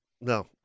no